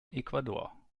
ecuador